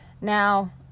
Now